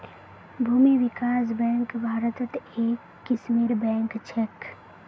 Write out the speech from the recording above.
भूमि विकास बैंक भारत्त एक किस्मेर बैंक छेक